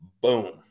Boom